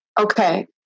okay